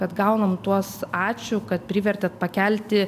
kad gaunam tuos ačiū kad privertėt pakelti